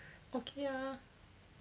okay ah